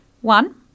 One